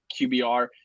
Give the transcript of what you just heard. QBR